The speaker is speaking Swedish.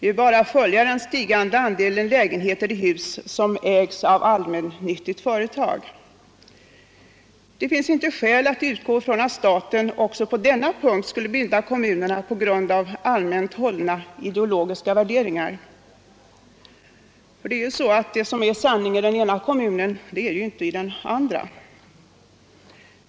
Det är bara att följa den stigande andelen lägenheter i hus som ägs av allmännyttiga företag. Det finns inte skäl för att utgå från att staten också på denna punkt skulle binda kommunerna på grund av allmänt hållna ideologiska värderingar; det är ju så, att det som är sanning i den ena kommunen inte är sanning i den andra.